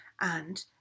and